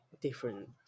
different